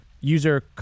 User